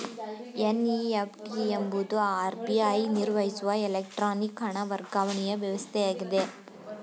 NEFT ಎಂಬುದು RBI ನಿರ್ವಹಿಸುವ electronic ಹಣ ವರ್ಗಾವಣೆಯ ವ್ಯವಸ್ಥೆಯಾಗಿದೆ